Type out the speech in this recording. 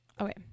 okay